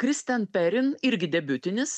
kristian perin irgi debiutinis